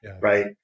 right